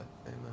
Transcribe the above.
Amen